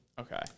Okay